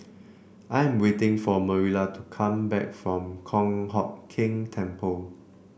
I am waiting for Marilla to come back from Kong Hock Keng Temple